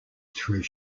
through